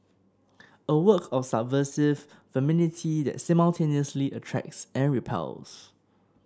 a work of subversive femininity that simultaneously attracts and repels